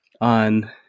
on